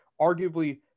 Arguably